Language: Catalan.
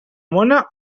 mona